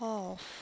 off